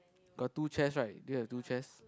got two chairs right did you have two chairs